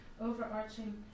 overarching